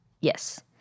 Yes